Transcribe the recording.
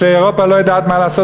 ואירופה לא יודעת מה לעשות,